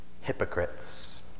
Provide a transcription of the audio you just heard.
hypocrites